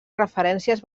referències